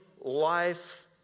life